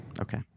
Okay